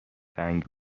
سنگ